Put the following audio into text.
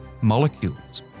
molecules